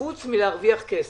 חוץ מלהרוויח כסף.